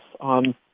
on